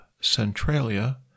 Centralia